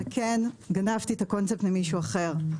וכן, גנבתי את הקונספט ממישהו אחר.